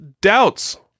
Doubts